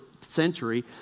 century